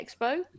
expo